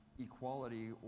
equality